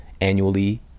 annually